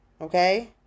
Okay